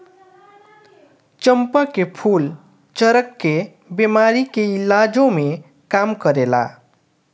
चंपा के फूल चरक के बेमारी के इलाजो में काम करेला